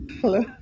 Hello